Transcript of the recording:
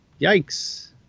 Yikes